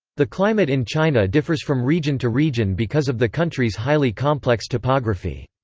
the climate in china differs from region to region because of the country's highly complex topography.